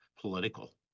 political